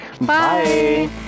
Bye